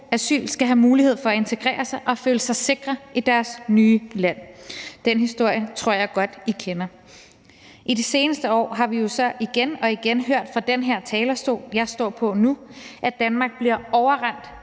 asyl, skal have mulighed for at integrere sig og føle sig sikre i deres nye land. Den historie tror jeg godt I kender. I de seneste år har vi jo så igen og igen hørt fra den talerstol, jeg står på nu, at Danmark bliver overrendt